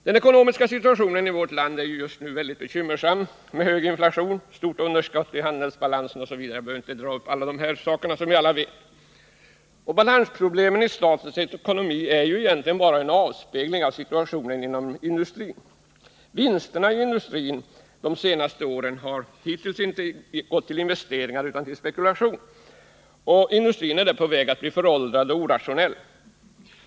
Den ekonomiska situationen i vårt land är just nu väldigt bekymmersam med hög inflation, stort underskott i handelsbalansen osv. Balansproblemen i statens ekonomi är egentligen bara en avspegling av situationen inom industrin. Vinsterna i industrin har under de senaste åren inte gått till investeringar utan till spekulation. Industrin är därför på väg att bli föråldrad och orationell.